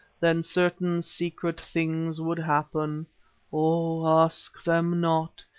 then certain secret things would happen oh! ask them not,